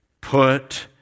Put